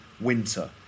winter